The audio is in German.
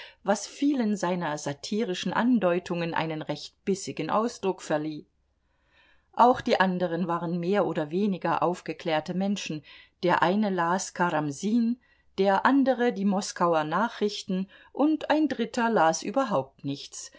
was vielen seiner satirischen andeutungen einen recht bissigen ausdruck verlieh auch die anderen waren mehr oder weniger aufgeklärte menschen der eine las karamsin der andere die moskauer nachrichten und ein dritter las überhaupt nichts